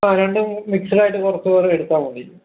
ആ രണ്ടും മിക്സിഡായിട്ടു കുറച്ചു കുറച്ചു എടുത്താൽ മതി